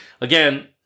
Again